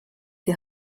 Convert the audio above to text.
die